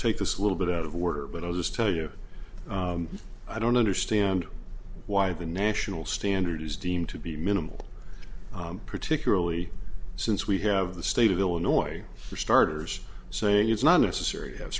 take this little bit out of water but i'll just tell you i don't understand why the national standard is deemed to be minimal particularly since we have the state of illinois for starters saying it's not necessary to have